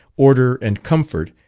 order, and comfort,